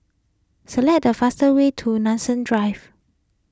select the fastest way to Nanson Drive